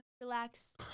relax